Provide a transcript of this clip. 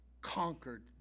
conquered